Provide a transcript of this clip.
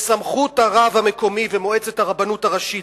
סמכות הרב המקומי ומועצת הרבנות הראשית